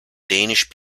danish